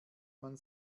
man